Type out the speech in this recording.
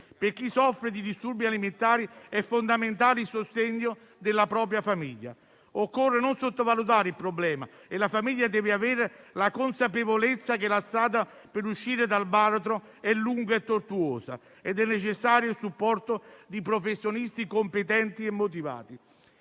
Per chi soffre di disturbi alimentari è fondamentale il sostegno della propria famiglia. Occorre non sottovalutare il problema e la famiglia deve avere la consapevolezza che la strada per uscire dal baratro è lunga e tortuosa e che è necessario il supporto di professionisti competenti e motivati.